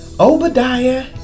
Obadiah